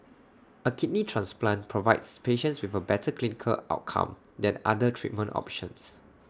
A kidney transplant provides patients with A better clinical outcome than other treatment options